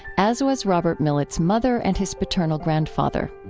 as was robert millet's mother and his paternal grandfather.